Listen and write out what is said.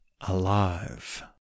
alive